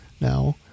now